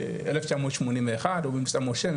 מתחיל ב-1981 או במבצע משה,